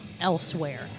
elsewhere